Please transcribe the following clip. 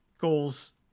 goals